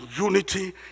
unity